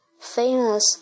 famous